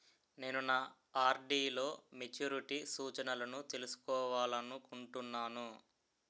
నేను నా ఆర్.డి లో నా మెచ్యూరిటీ సూచనలను తెలుసుకోవాలనుకుంటున్నాను